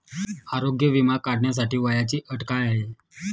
आरोग्य विमा काढण्यासाठी वयाची अट काय आहे?